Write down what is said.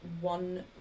one